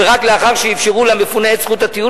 ורק לאחר שאפשרו למפונה את זכות הטיעון